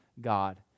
God